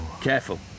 Careful